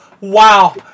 Wow